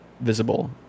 visible